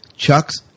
Chuck's